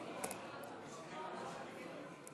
עשר דקות לרשותך,